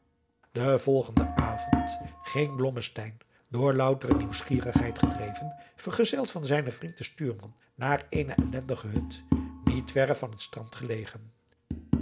den volgenden avond ging blommesteyn door loutere nieuwsgierigheid gedreven vergezeld van zijnen vriend den stuurman naar eene ellendige hut niet verre van het strand gelegen